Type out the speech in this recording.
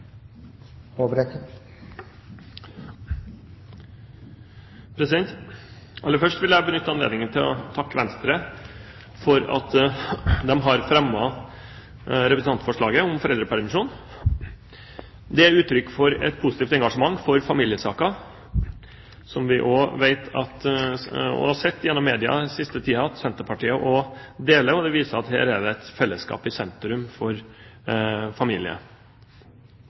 forslaget. Aller først vil jeg benytte anledningen til å takke Venstre for at de har fremmet representantforslaget om foreldrepermisjon. Det er uttrykk for et positivt engasjement for familiesaker, som vi også vet og har sett gjennom media den siste tiden at Senterpartiet deler. Det viser at her er det et fellesskap i sentrum for